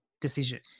decision